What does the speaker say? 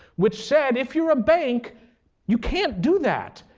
which said if you're a bank you can't do that.